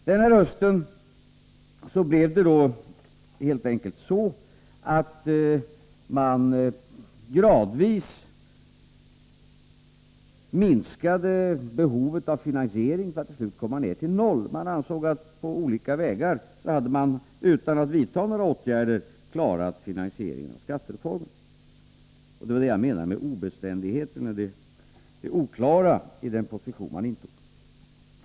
Den här hösten blev det helt enkelt så att man gradvis minskade behovet av finansiering för att till slut komma ner till noll. Man ansåg att på olika vägar hade man utan att vidta några åtgärder klarat finansieringen av skattereformen. Det var det jag menade med obeständigheten och det oklara i den position man intog.